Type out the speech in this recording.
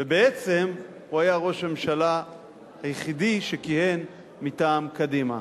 ובעצם הוא היה ראש הממשלה היחיד שכיהן מטעם קדימה.